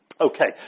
Okay